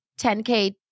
10K